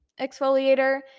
exfoliator